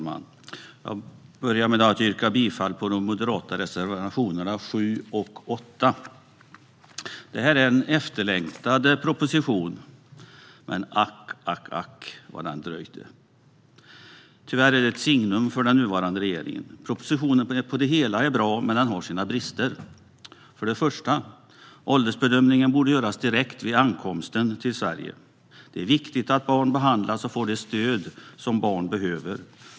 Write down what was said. Fru talman! Jag yrkar bifall till de moderata reservationerna 7 och 8. Det här är en efterlängtad proposition, men ack vad den har dröjt. Tyvärr är detta ett signum för den nuvarande regeringen. Propositionen är på det hela bra, men den har sina brister. För det första borde åldersbedömningen göras direkt vid ankomsten till Sverige. Det är viktigt att barn behandlas rätt och får det stöd som de behöver.